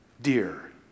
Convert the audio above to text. dear